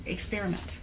experiment